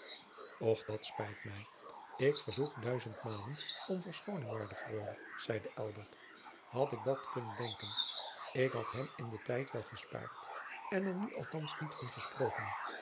och dat spijt mij ik verzoek duizendmalen om verschoning waarde freule zeide elbert had ik dat kunnen denken ik had hem in den tijd wel gespaard en er nu althands niet van gesproken